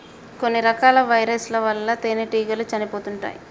కొన్ని రకాల వైరస్ ల వల్ల తేనెటీగలు చనిపోతుంటాయ్